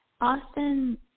Austin